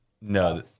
no